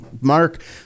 mark